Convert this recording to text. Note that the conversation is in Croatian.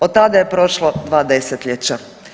Od tada je prošlo 2 desetljeća.